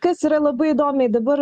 kas yra labai įdomiai dabar